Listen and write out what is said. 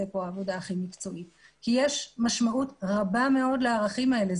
כאן עבודה הכי מקצועית כי יש משמעות רבה מאוד לערכים האלה.